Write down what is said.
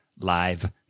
Live